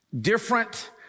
different